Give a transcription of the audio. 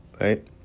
right